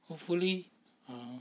hopefully um